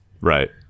Right